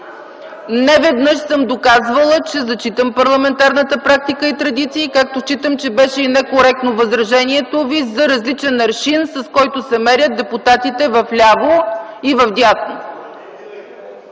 Неведнъж съм доказвала, че зачитам парламентарната практика и традиции, както считам, че беше некоректно възражението Ви за различен аршин, с който се мерят депутатите в ляво и в дясно.